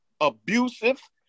abusive